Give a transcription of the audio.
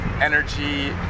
Energy